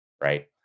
Right